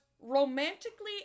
romantically